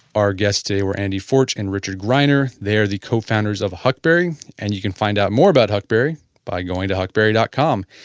our guest today were andy forch and richard greiner. they are the co-founders of huckberry and you can find out more about huckberry by going to huckberry dot com.